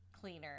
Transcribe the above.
cleaner